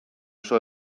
oso